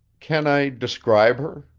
can i describe her?